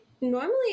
normally